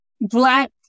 Black